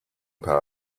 pad